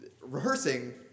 rehearsing